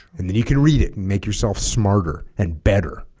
and then you can read it and make yourself smarter and better